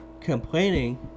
complaining